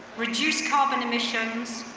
reduce carbon emissions,